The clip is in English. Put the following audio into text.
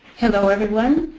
hello, everyone!